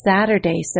Saturday